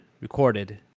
recorded